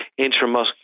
intramuscular